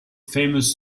famous